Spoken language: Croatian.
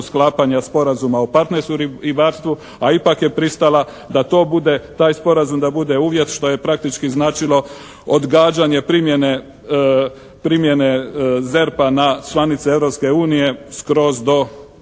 sklapanja Sporazuma o partnerstvu u ribarstvu, a ipak je pristala da to bude, taj sporazum da bude uvjet, što je praktični značilo odgađanje primjene ZERP-a na članice Europske